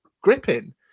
gripping